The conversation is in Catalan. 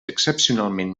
excepcionalment